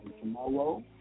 tomorrow